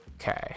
Okay